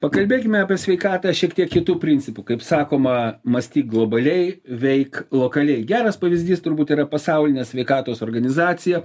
pakalbėkime apie sveikatą šiek tiek kitu principu kaip sakoma mąstyk globaliai veik lokaliai geras pavyzdys turbūt yra pasaulinė sveikatos organizacija